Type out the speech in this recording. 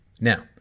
Now